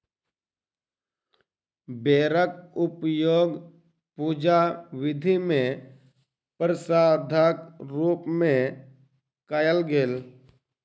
बेरक उपयोग पूजा विधि मे प्रसादक रूप मे कयल गेल